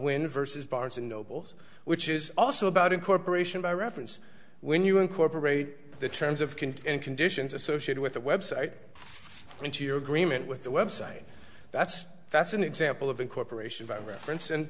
vs barnes and noble's which is also about incorporation by reference when you incorporate the terms of can and conditions associated with the website into your agreement with the website that's that's an example of incorporation by referenc